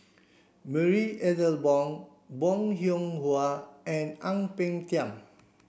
Marie Ethel Bong Bong Hiong Hwa and Ang Peng Tiam